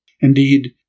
Indeed